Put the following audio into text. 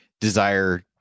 desire